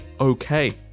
okay